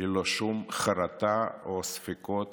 ללא שום חרטה או ספקות